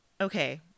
okay